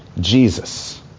Jesus